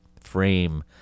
frame